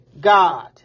god